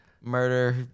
murder